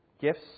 Gifts